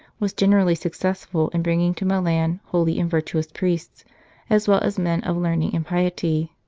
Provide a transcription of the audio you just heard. was generally successful in bringing to milan holy and virtuous priests as well as men of learning and piety.